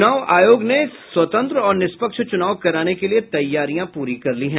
चुनाव आयोग ने स्वतंत्र और निष्पक्ष चुनाव कराने के लिये तैयारियां पूरी कर ली है